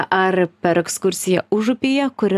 ar per ekskursiją užupyje kur